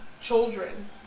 children